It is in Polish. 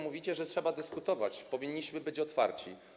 Mówicie, że trzeba dyskutować, że powinniśmy być otwarci.